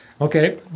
Okay